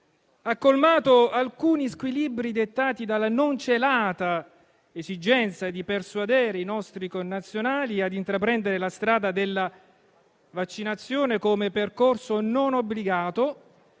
colmato alcuni squilibri dettati dalla non celata esigenza di persuadere i nostri connazionali a intraprendere la strada della vaccinazione come percorso non obbligato,